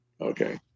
okay